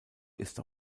ist